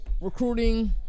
recruiting